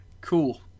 Cool